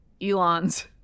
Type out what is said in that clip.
elon's